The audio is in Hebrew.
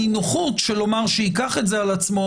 הנינוחות של לומר "שייקח את זה על עצמו"